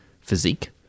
physique